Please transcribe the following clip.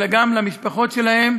אלא גם למשפחות שלהם,